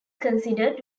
considered